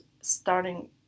starting